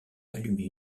allumé